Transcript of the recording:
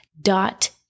dot